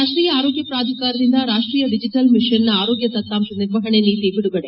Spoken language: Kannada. ರಾಷ್ಷೀಯ ಆರೋಗ್ಯ ಪ್ರಾಧಿಕಾರದಿಂದ ರಾಷ್ಷೀಯ ಡಿಜೆಟಲ್ ಮಿಷನ್ನ ಆರೋಗ್ಯ ದತ್ತಾಂಶ ನಿರ್ವಹಣೆ ನೀತಿ ಬಿಡುಗಡೆ